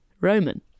Roman